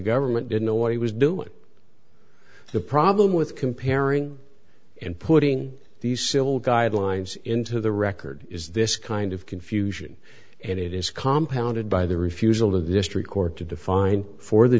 government didn't know what he was doing the problem with comparing and putting these simple guidelines into the record is this kind of confusion and it is compound by the refusal of the district court to define for the